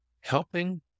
helping